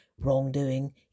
wrongdoing